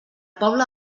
poble